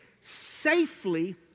safely